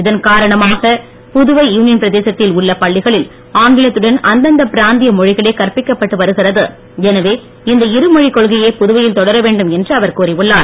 இதன் காரணமாக புதுவை யூனியன் பிரதேசத்தில் உள்ள பள்ளிகளில் ஆங்கிலத்துடன் அந்தந்த பிராந்திய மொழிகளே கற்பிக்கப்பட்டு வருகிறது எளவே இந்த இருமொழிக் கொள்கையே புதுவையில் தொடர வேண்டும் என்று அவர் கூறி உள்ளார்